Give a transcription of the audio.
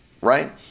right